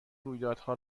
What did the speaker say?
رویدادها